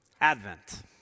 Advent